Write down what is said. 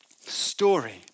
story